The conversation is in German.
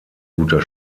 guter